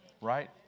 Right